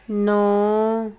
ਨੌਂ